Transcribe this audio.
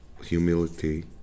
humility